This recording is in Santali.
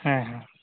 ᱦᱮᱸ ᱦᱮᱸ